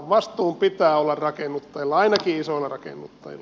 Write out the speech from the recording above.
vastuun pitää olla rakennuttajalla ainakin isoilla rakennuttajilla